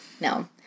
No